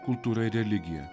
kultūra ir religija